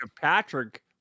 Patrick